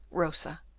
rosa,